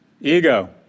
Ego